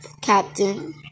Captain